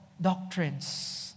doctrines